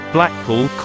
Blackpool